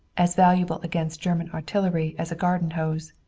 as valuable against german artillery as a garden hose.